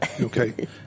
Okay